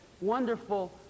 wonderful